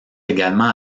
également